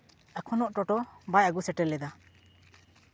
ᱮᱠᱷᱚᱱᱳ ᱴᱳᱴᱳ ᱵᱟᱭ ᱟᱹᱜᱩ ᱥᱮᱴᱮᱨ ᱞᱮᱫᱟ